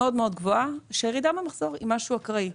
גבוהה מאוד שהירידה במחזור שלו היא משהו אקראי.